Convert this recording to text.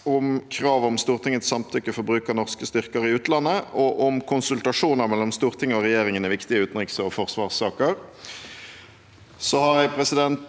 om krav om Stortingets samtykke for bruk av norske styrker i utlandet og om konsultasjoner mellom Stortinget og regjeringen i viktige utenriks- og forsvarssaker. På vegne representanten